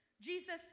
Jesus